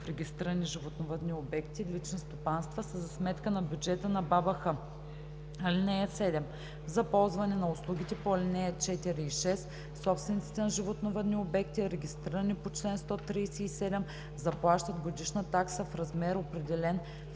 в регистрирани животновъдни обекти – лични стопанства са за сметка на бюджета на БАБХ. (7) За ползване на услугите по ал. 4 и 6 собствениците на животновъдни обекти, регистрирани по чл. 137, заплащат годишна такса в размер, определен в тарифата